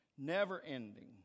never-ending